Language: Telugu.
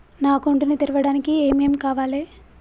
నా అకౌంట్ ని తెరవడానికి ఏం ఏం కావాలే?